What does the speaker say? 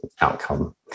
outcome